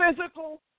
physical